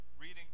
reading